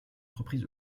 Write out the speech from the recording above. entreprise